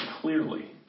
clearly